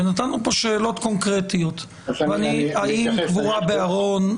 נתנו פה שאלות קונקרטיות לגבי קבורה בארון,